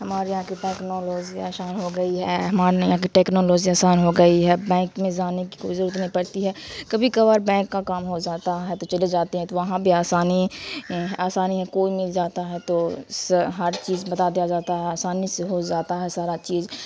ہمارے یہاں کی ٹیکنالوجی آسان ہو گئی ہے ہمارے یہاں کی ٹیکنالوجی آسان ہو گئی ہے بینک میں جانے کی کوئی ضرورت نہیں پڑتی ہے کبھی کبھار بینک کا کام ہو جاتا ہے تو چلے جاتے ہیں تو وہاں بھی آسانی آسانی ہے کوئی مل جاتا ہے تو ہر چیز بتا دیا جاتا ہے آسانی سے ہو جاتا ہے سارا چیز